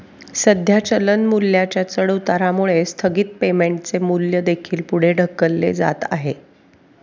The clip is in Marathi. सध्या चलन मूल्याच्या चढउतारामुळे स्थगित पेमेंटचे मूल्य देखील पुढे ढकलले जात आहे